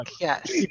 yes